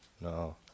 No